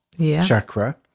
chakra